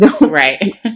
Right